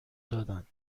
دادند